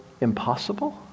impossible